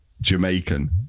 Jamaican